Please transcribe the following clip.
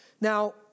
Now